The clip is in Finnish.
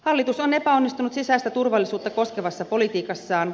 hallitus on epäonnistunut sisäistä turvallisuutta koskevassa politiikassaan